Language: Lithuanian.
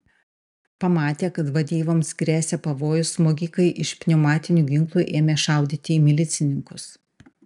pamatę kad vadeivoms gresia pavojus smogikai iš pneumatinių ginklų ėmė šaudyti į milicininkus